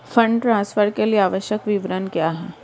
Fund transfer के लिए आवश्यक विवरण क्या हैं?